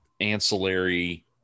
ancillary